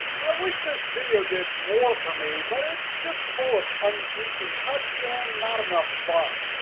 i wish this video did more for me, but it's just full of unpleasing cuts and not enough fun.